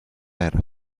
era